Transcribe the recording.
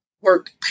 work